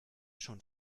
schon